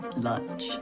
lunch